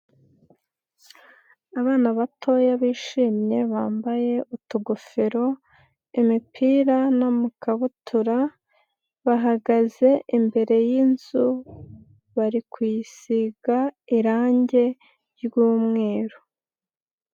Abana batoya bishimye bambaye utugofero, imipira n'amakabutura, bahagaze imbere y'inzu, bari kuyisiga irange ry'umweru.